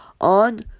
On